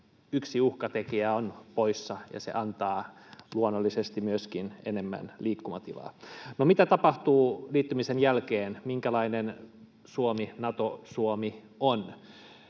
yksi uhkatekijä on poissa, ja se antaa luonnollisesti myöskin enemmän liikkumatilaa. No, mitä tapahtuu liittymisen jälkeen? Minkälainen Suomi, Nato-Suomi, on?